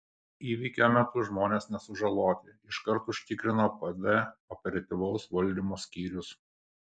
įvykio metu žmonės nesužaloti iškart užtikrino pd operatyvaus valdymo skyrius